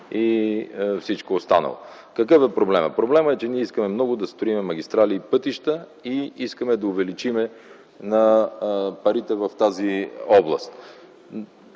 и всичко останало. Какъв е проблемът? Проблемът е, че ние искаме много да строим магистрали и пътища и искаме да увеличим парите в тази област.